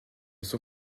son